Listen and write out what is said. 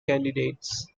candidates